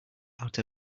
out